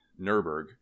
Nurburg